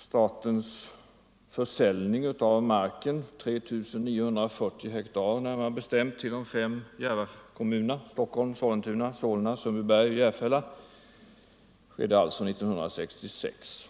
Statens försäljning av marken, 3 940 hektar närmare bestämt, till de fem Järvakommunerna, Stockholm, Sollentuna, Solna, Sundbyberg och Järfälla, skedde 1966.